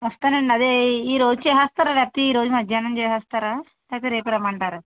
వస్తానండి అదే ఈరోజు చేసేస్తారా లేకపోతే ఈరోజు మధ్యాహ్నం చేసేస్తారా లేకపోతే రేపే రమ్మంటారా